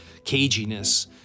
caginess